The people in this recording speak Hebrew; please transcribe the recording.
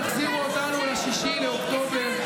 אל תחזירו אותנו ל-6 באוקטובר,